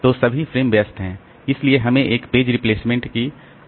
तो सभी फ्रेम व्यस्त है इसलिए हमें एक पेज रिप्लेसमेंट की आवश्यकता है